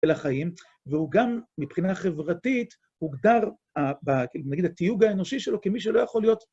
אל החיים, והוא גם מבחינה חברתית, הוגדר, נגיד, התיוג האנושי שלו כמי שלא יכול להיות